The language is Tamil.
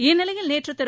இந்நிலையில் நேற்று திரு